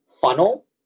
funnel